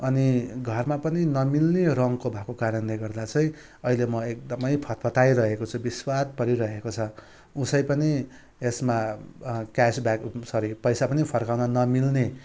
अनि घरमा पनि नमिल्ने रङको भएको कारणले गर्दा चाहिँ अहिले म एकदमै फतफताइरहेको छु विस्वाद परिरहेको छ उसै पनि यसमा क्यास ब्याक सरी पैसा पनि फर्काउन नमिल्ने